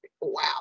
wow